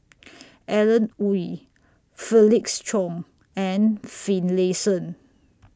Alan Oei Felix Cheong and Finlayson